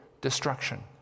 destruction